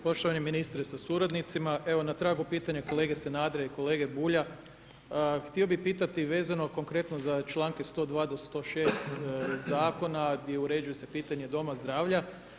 Poštovani ministre sa suradnicima, evo na tragu pitanja kolege Sanadera i kolege Bulja htio bih pitati vezano konkretno za članke 102. do 106. zakona gdje uređuje se pitanje doma zdravlja.